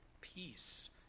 peace